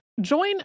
Join